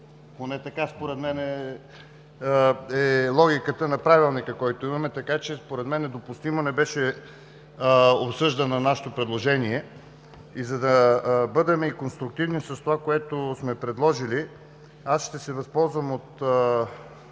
Поне така според мен е логиката на Правилника, който имаме. Така че според мен недопустимо не беше обсъждано нашето предложение. И за да бъдем и конструктивни с това, което сме предложили, аз ще се възползвам от